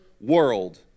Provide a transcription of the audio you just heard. world